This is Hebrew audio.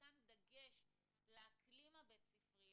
במתן דגש לאקלים הבית-ספרי,